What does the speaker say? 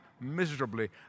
miserably